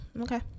okay